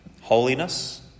Holiness